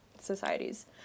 societies